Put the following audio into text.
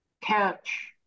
catch